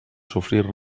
sofrir